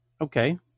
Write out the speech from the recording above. Okay